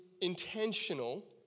intentional